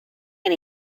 gen